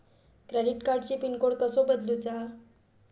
Credit कार्डची pin code कसो बदलुचा?